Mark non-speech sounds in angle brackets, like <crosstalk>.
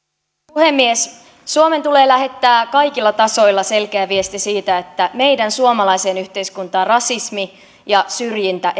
puhemies suomen tulee lähettää kaikilla tasoilla selkeä viesti siitä että meidän suomalaiseen yhteiskuntaan rasismi ja syrjintä <unintelligible>